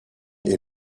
est